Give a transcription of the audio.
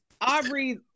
Aubrey